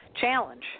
challenge